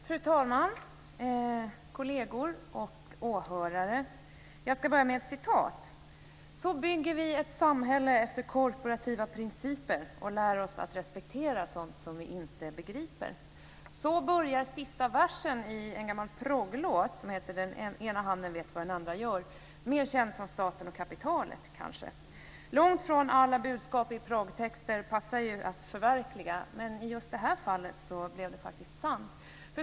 Fru talman, kolleger och åhörare! Jag ska börja med ett citat: "Så bygger vi ett samhälle efter korporativa principer och lär oss att respektera sånt som vi inte begriper." Så börjar sista versen i en gammal progglåt som heter Den ena handen vet vad den andra gör, kanske mer känd som Staten och kapitalet. Långt ifrån alla budskap i proggtexter passar ju att förverkliga, men i just det här fallet blev det faktiskt sant.